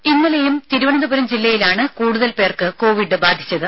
ദേഴ ഇന്നലെയും തിരുവനന്തപുരം ജില്ലയിലാണ് കൂടുതൽ പേർക്ക് കോവിഡ് ബാധിച്ചത്